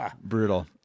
Brutal